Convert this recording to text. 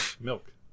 Milk